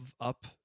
up